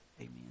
Amen